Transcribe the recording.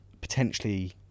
potentially